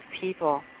people